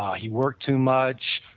he worked too much,